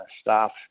staff